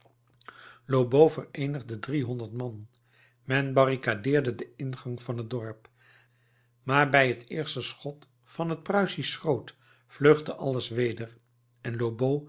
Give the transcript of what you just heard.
lobau vereenigde driehonderd man men barricadeerde den ingang van het dorp maar bij het eerste schot van het pruisisch schroot vluchtte alles weder en lobau